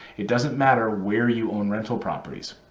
it doesn't matter where you own rental properties.